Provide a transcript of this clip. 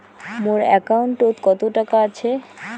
মোর একাউন্টত কত টাকা আছে?